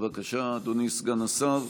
בבקשה, אדוני סגן השר.